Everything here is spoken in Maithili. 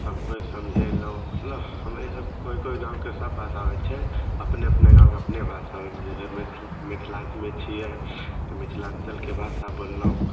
सब केओ समझेलहुँ मतलब हमरा यहाँ कोनो कोनो गाँवके सब भाषा अबैत छै अपने अपने गाँवके अपने भाषा अबैत रहए मैथली मिथिल के छियै तऽ मिथिलाञ्चलके भाषा बोललहुँ